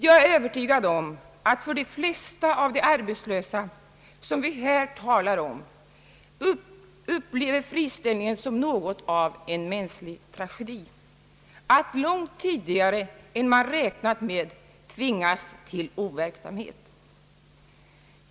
Jag är övertygad om att för de fiesta av de arbetslösa som vi här talar om upplevs friställningen som något av en mänsklig tragedi — att långt tidigare än man räknat med tvingas till overksamhet.